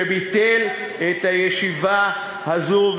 שביטל את הישיבה הזאת.